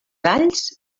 alls